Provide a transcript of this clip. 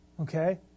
okay